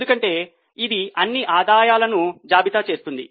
ఎందుకంటే ఇది అన్ని ఆదాయాలను జాబితా చేస్తుంది